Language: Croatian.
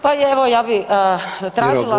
Pa evo ja bih tražila